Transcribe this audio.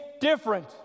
different